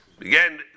Again